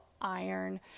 iron